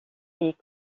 est